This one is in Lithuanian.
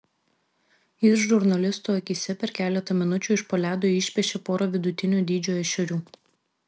jis žurnalistų akyse per keletą minučių iš po ledo išpešė porą vidutinio dydžio ešerių